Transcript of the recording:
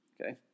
okay